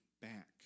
back